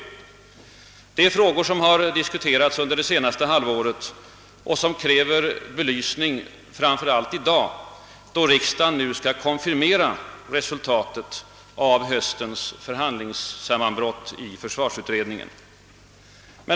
Det är sådana frågor som har diskuterats under det senaste halvåret och som kräver belysning, framför allt i dag när riksdagen skall konfirmera resultatet av höstens förhandlingssammanbrott i försvarsutredningen.